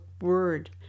word